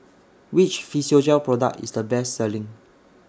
Which Physiogel Product IS The Best Selling